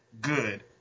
good